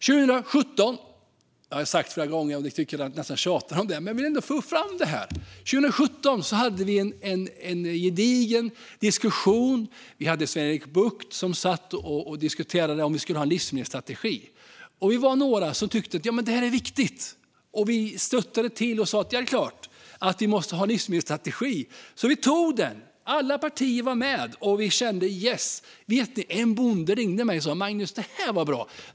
Jag har sagt det här flera gånger och ni kanske tycker att jag nästan tjatar om det, men jag vill ändå föra fram det. 2017 hade vi en gedigen diskussion med Sven-Erik Bucht om vi skulle ha en livsmedelsstrategi, och vi var några som tyckte att det var viktigt. Vi stöttade det och sa att det är klart att vi måste ha en livsmedelsstrategi. Alla partier var med på det, och vi antog den. En bonde ringde mig och sa: Magnus, det här var bra.